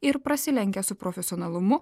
ir prasilenkia su profesionalumu